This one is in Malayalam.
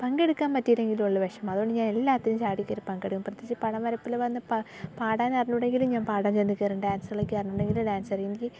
പങ്കെടുക്കാൻ പറ്റിയില്ലെങ്കിലേ ഉള്ളു വിഷമം അതുകൊണ്ട് ഞാൻ എല്ലാത്തിനും ചാടി കേറി പങ്കെടുക്കും പ്രത്യേകിച്ച് പടം വരപ്പില് തന്നെ പാടാൻ അറിഞ്ഞുകൂടെങ്കിലും ഞാൻ പാടാൻ ചെന്ന് കേറും ഡാൻസ് കളിക്കാൻ അറിഞ്ഞുകൂടെങ്കിലും ഡാൻസ് കളിക്കും എനിക്ക്